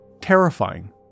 Terrifying